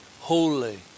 holy